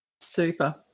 Super